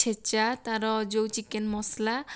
ଛେଚା ତାର ଯେଉଁ ଚିକେନ୍ ମସଲା